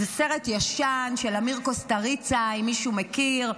זה סרט ישן של אמיר קוסטוריצה, אם מישהו מכיר.